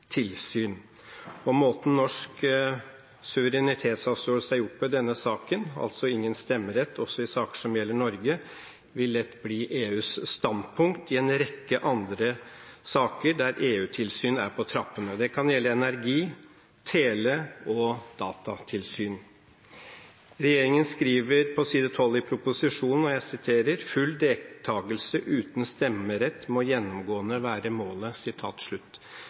Og måten norsk suverenitetsavståelse er gjort på i denne saken, altså heller ikke stemmerett i saker som gjelder Norge, vil lett bli EUs standpunkt i en rekke andre saker der EU-tilsyn er på trappene. Det kan gjelde energi-, tele- og datatilsyn. Regjeringen skriver på side 12 i proposisjonen: «Full deltakelse uten stemmerett må gjennomgående være målet.»